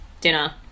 dinner